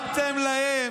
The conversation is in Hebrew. שמתם להם,